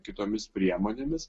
kitomis priemonėmis